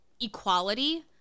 equality